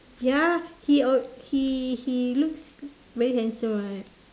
ya he uh he he looks very handsome [what]